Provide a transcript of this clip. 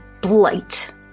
blight